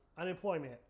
unemployment